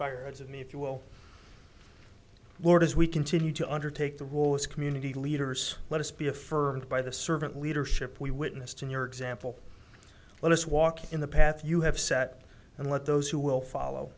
you will work as we continue to undertake the war as community leaders let us be affirmed by the servant leadership we witnessed in your example let us walk in the path you have set and let those who will follow